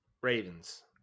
Ravens